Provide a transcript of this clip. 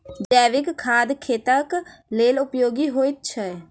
जैविक खाद खेतक लेल उपयोगी होइत छै